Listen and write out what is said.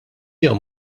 jew